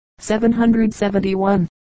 771